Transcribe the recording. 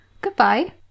goodbye